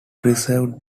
preserved